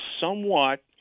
somewhat